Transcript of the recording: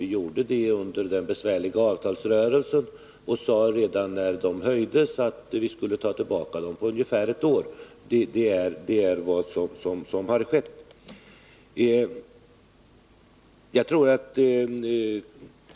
Vi gjorde de höjningarna under den besvärliga avtalsrörelsen och sade redan när höjningarna skedde att de skulle tas bort inom ungefär ett år. Och det är vad som har skett.